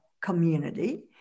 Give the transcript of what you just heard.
community